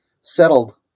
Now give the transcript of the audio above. settled